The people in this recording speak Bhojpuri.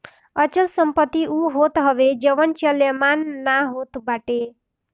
अचल संपत्ति उ होत हवे जवन चलयमान नाइ होत बाटे